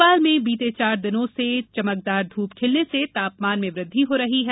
भोपाल में बीते चार दिनों से चमकदार धूप खिलने से तापमान में वृद्धि हो रही है